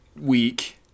week